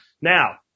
Now